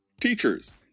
Teachers